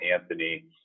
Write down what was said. Anthony